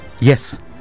Yes